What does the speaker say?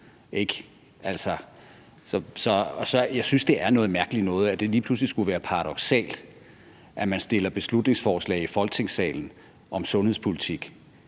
jeg synes, det er noget mærkeligt noget, at det lige pludselig skulle være paradoksalt, at man fremsætter beslutningsforslag i Folketingssalen om sundhedspolitik,